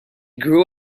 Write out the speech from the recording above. grew